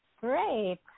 Great